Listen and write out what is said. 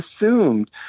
assumed